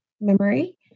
memory